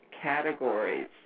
categories